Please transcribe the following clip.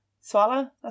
Swallow